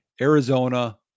Arizona